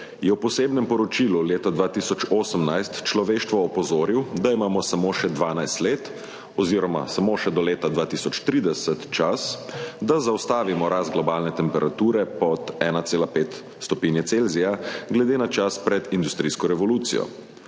je v posebnem poročilu leta 2018 človeštvo opozoril, da imamo samo še 12 let oziroma samo še do leta 2030 čas, da zaustavimo rast globalne temperature pod 1,5 stopinje Celzija glede na čas pred industrijsko revolucijo.